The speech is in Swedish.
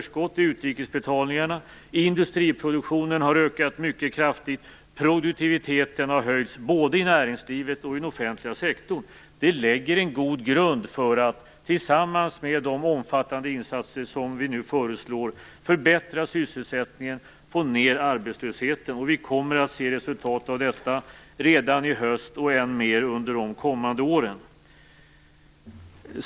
Industriproduktionen har ökat mycket kraftigt. Produktiviteten har höjts, både i näringslivet och i offentliga sektorn. Detta, tillsammans med de omfattande insatser som vi nu föreslår, lägger en god grund för att förbättra sysselsättningen och få ned arbetslösheten.